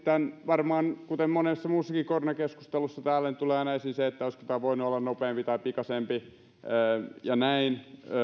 varmaan kuten monessa muussakin koronakeskustelussa täällä tulee aina esiin olisiko tämä voinut olla nopeampi tai pikaisempi ja näin